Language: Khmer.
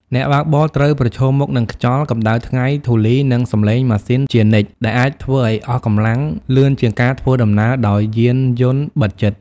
អ្នកបើកបរត្រូវប្រឈមមុខនឹងខ្យល់ កម្ដៅថ្ងៃ ធូលី និងសំឡេងម៉ាស៊ីនជានិច្ច ដែលអាចធ្វើឱ្យអស់កម្លាំងលឿនជាងការធ្វើដំណើរដោយយានយន្តបិទជិត។